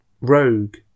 rogue